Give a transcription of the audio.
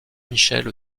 michel